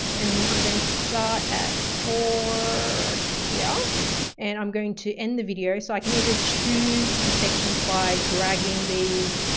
and i'm going to start at four here and i'm going to end the video. so i can either choose the sections by dragging these,